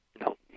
No